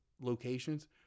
locations